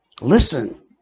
Listen